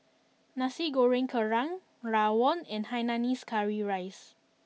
Nasi Goreng Kerang Rawon and Hainanese Curry Rice